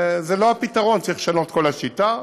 זה לא הפתרון, צריך לשנות את כל השיטה.